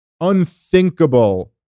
unthinkable